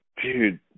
Dude